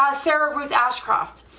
um sarah ruth ashcraft,